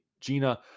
Gina